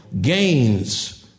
gains